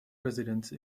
residence